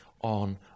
on